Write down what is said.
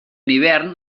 hivern